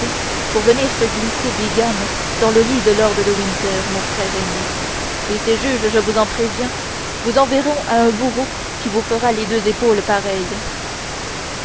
pour venir se glisser bigame dans le lit de lord de winter mon frère aîné et ces juges je vous en préviens vous enverront à un bourreau qui vous fera les deux épaules pareilles